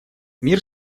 мир